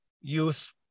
youth